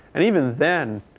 and even then,